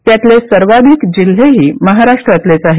यातले सर्वाधिक जिल्हेही महाराष्ट्रातलेच आहेत